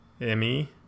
M-E